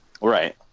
Right